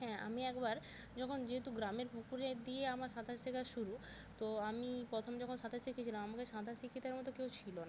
হ্যাঁ আমি একবার যখন যেহেতু গ্রামের পুকুরে দিয়ে আমার সাঁতার শেখা শুরু তো আমি প্রথম যখন সাঁতার শিখেছিলাম আমাকে সাঁতার শিখিয়ে দেওয়ার মতো কেউ ছিলো না